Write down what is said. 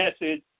message